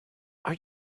are